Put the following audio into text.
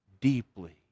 deeply